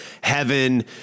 Heaven